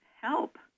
help